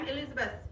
Elizabeth